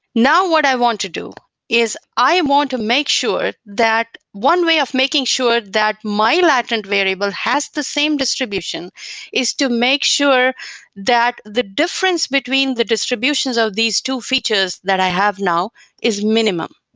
now, what i want to do is i want to make sure that one way of making sure that my latent variable has the same distribution is to make sure that the difference between the distributions of these two features that i have now is minimal.